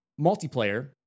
Multiplayer